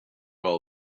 all